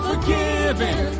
forgiven